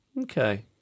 Okay